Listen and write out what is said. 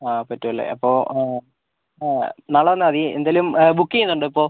ആ പറ്റുവല്ലേ അപ്പോൾ നാളെ വന്നാൽ മതി എന്തേലും ബുക്ക് ചെയ്യുന്നുണ്ടൊ ഇപ്പോൾ